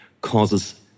causes